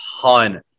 ton